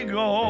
go